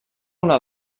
una